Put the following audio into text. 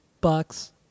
bucks